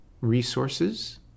resources